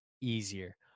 easier